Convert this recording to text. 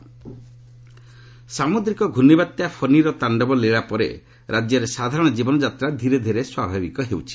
Odisha cyclone ସାମ୍ରଦ୍ରିକ ଘର୍ଷ୍ଣବାତ୍ୟା ଫନିର ତାଣ୍ଡବ ଲୀଳା ପରେ ରାଜ୍ୟରେ ସାଧାରଣ ଜୀବନଯାତ୍ରା ଧୀରେ ଧୀରେ ସ୍ୱାଭାବିକ ହେଉଛି